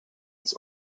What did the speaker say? its